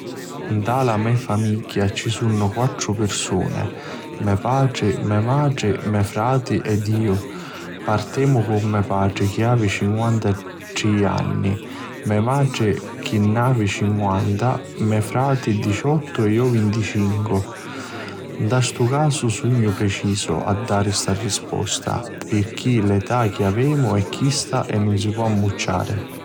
Nta la me famigghia ci sunnu quattru pirsuni: me patri, me matri, me frati ed iu. Partemu cu me patri chi avi cinquantatrì anni, me matri chi n'avi cinqunata, me frati diciottu ed iu vinticincu. Nta stu casu sugnu precisu a dari sta rispusta pirchì l'età chi avemu è chista e nun si po ammucciari.